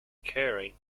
occurring